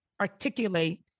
articulate